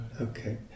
Okay